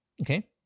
Okay